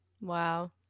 Wow